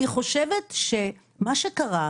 אני חושבת שמה שקרה,